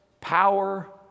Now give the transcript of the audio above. power